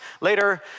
later